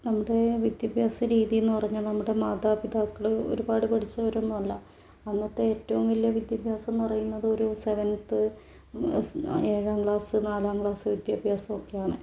നമ്മുടെ വിദ്യാഭ്യാസ രീതി എന്ന് പറഞ്ഞാൽ നമ്മുടെ മാതാപിതാക്കൾ ഒരുപാട് പഠിച്ചവരൊന്നും അല്ല അന്നത്തെ ഏറ്റവും വലിയ വിദ്യാഭ്യാസം എന്ന് പറയുന്നത് ഒരു സെവൻത്ത് ഏഴാം ക്ലാസ് നാലാം ക്ലാസ് വിദ്യാഭ്യാസം ഒക്കെയാണ്